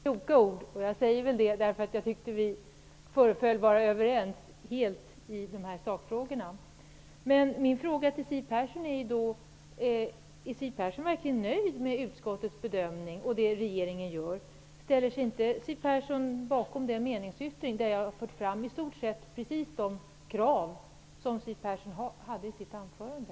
Herr talman! Det var mycket intressant att lyssna till Siw Persson, då hon sade många kloka ord. Vi förefaller vara helt överens i sakfrågorna. Min fråga till henne är: Är Siw Persson verkligen nöjd med utskottets bedömning och med det som regeringen gör? Ställer Siw Persson sig inte bakom den meningsyttring där jag har fört fram i stort sett samma krav som hon förde fram i sitt anförande?